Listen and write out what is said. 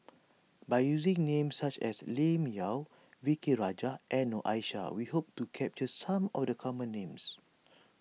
by using names such as Lim Yau V K Rajah and Noor Aishah we hope to capture some of the common names